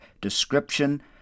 description